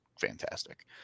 fantastic